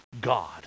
God